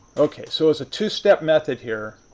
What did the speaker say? okay, so it's a two-step method here,